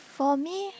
for me